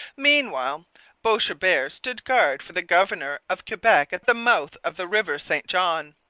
meanwhile boishebert stood guard for the governor of quebec at the mouth of the river st john.